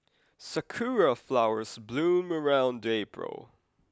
sakura flowers bloom around April